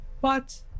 But